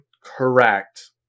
Correct